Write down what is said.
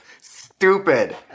Stupid